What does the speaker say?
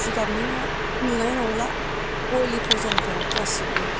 जिगाबनि न' नुनाय नंला ग'लि फरजन्थ' गासिबो